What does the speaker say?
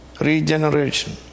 regeneration